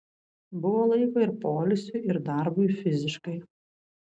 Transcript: buvo laiko ir poilsiui ir darbui fiziškai